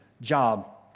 job